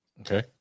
Okay